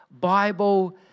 Bible